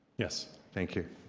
yes. thank you.